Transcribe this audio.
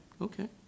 okay